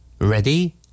Ready